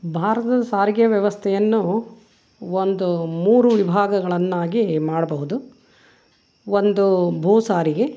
ಭಾರತದ ಸಾರಿಗೆ ವ್ಯವಸ್ಥೆಯನ್ನು ಒಂದು ಮೂರು ವಿಭಾಗಗಳನ್ನಾಗಿ ಮಾಡಬಹುದು ಒಂದು ಭೂ ಸಾರಿಗೆ